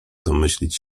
domyślić